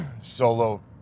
solo